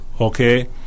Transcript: Okay